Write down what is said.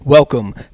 Welcome